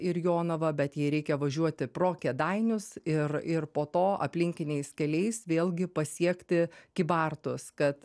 ir jonavą bet jai reikia važiuoti pro kėdainius ir ir po to aplinkiniais keliais vėlgi pasiekti kybartus kad